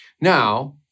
Now